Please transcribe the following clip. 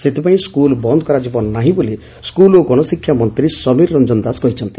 ସେଥିପାଇଁ ସ୍କୁଲ ବନ୍ଦ କରାଯିବ ନାହିଁ ବୋଲି ସ୍କୁଲ ଓ ଗଣଶିକ୍ଷା ମନ୍ତୀ ସମୀର ରଞ୍ଞନ ଦାସ କହିଛନ୍ତି